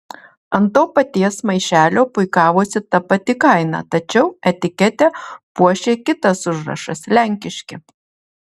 ant to paties maišelio puikavosi ta pati kaina tačiau etiketę puošė kitas užrašas lenkiški